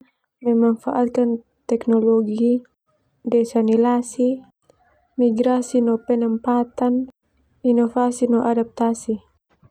Memanfaatkan teknologi desanilasi, migrasi, no penempatan, inovasi no adaptasi.